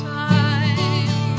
time